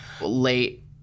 late